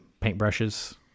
paintbrushes